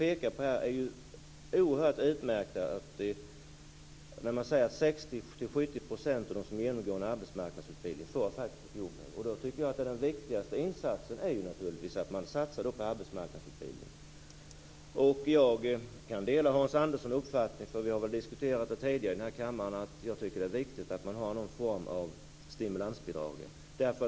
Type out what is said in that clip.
Siffrorna är oerhört bra. 60-70 % av dem som genomgår en arbetsmarknadsutbildning får faktiskt ett jobb. Den viktigaste insatsen är att satsa på arbetsmarknadsutbildning. Jag delar Hans Anderssons uppfattning - och vi har diskuterat det tidigare i kammaren - att det är viktigt att ha någon form av stimulansbidrag.